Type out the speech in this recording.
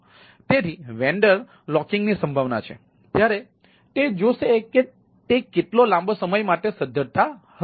તેથી vendor locking ની સંભાવના છે ત્યારે તે જોશે કે તે કેટલો લાંબો સમય માટે સધ્ધરતા હશે